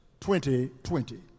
2020